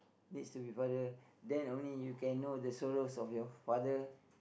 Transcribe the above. needs to be father then only you can know the sorrows of your father